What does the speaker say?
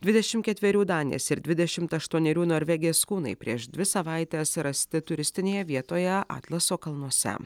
dvidešimt ketverių danės ir dvidešimt aštuonerių norvegės kūnai prieš dvi savaites rasti turistinėje vietoje atlaso kalnuose